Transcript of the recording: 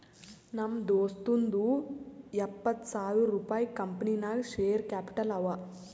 ನಮ್ ದೋಸ್ತುಂದೂ ಎಪ್ಪತ್ತ್ ಸಾವಿರ ರುಪಾಯಿ ಕಂಪನಿ ನಾಗ್ ಶೇರ್ ಕ್ಯಾಪಿಟಲ್ ಅವ